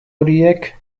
horiek